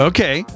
Okay